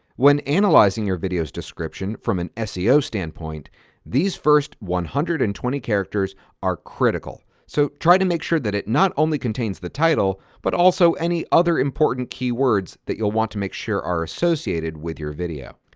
when analyzing your video's description from an seo standpoint these first one hundred and twenty characters are critical. so try to make sure that it not only contains the title, but also any other important key words that you'll want to make sure are associated with your video.